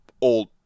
old